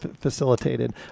facilitated